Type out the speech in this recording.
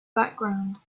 background